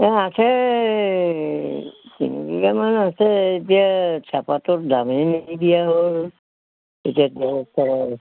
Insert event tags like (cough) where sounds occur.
অঁ আছে এই তিনিবিঘামান আছে এতিয়া চাহপাতৰ দামেই নিদিয়া হ'ল (unintelligible)